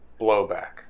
blowback